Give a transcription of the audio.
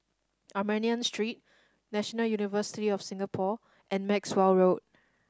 Armenian Street National University of Singapore and Maxwell Road